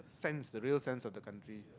sense the real sense of the country